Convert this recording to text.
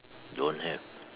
don't have